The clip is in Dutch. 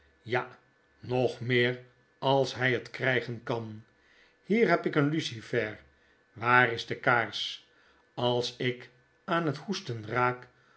ja nog meer als hfi het krjjgen kan hier heb ik een lucifer waar is de kaars als ik aan het hoesten raak